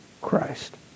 Christ